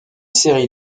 série